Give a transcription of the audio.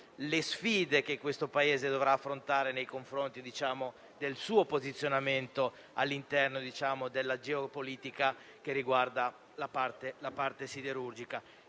le sfide che il Paese dovrà affrontare nei confronti del suo posizionamento all'interno della geopolitica che riguarda la parte siderurgica.